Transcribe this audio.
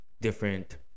different